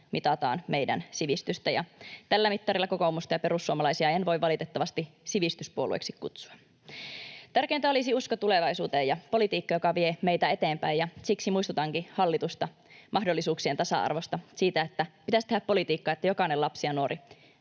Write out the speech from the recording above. mitataan meidän sivistystä, ja tällä mittarilla kokoomusta ja perussuomalaisia en voi valitettavasti sivistyspuolueiksi kutsua. Tärkeintä olisi usko tulevaisuuteen ja politiikka, joka vie meitä eteenpäin, ja siksi muistutankin hallitusta mahdollisuuksien tasa-arvosta, siitä, että pitäisi tehdä politiikkaa, että jokainen lapsi ja nuori